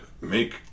make